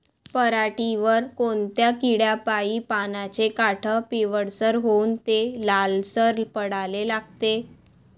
पऱ्हाटीवर कोनत्या किड्यापाई पानाचे काठं पिवळसर होऊन ते लालसर पडाले लागते?